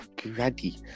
Grady